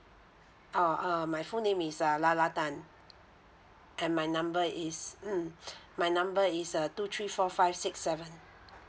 uh uh my full name is uh lala tan and my number is mm my number is uh two three four five six seven